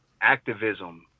activism